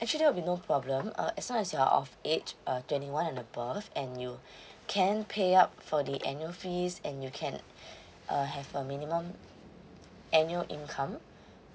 actually it will be no problem uh as long as your of age uh twenty one and above and you can pay up for the annual fees and you can uh have a minimum annual income